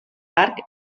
parc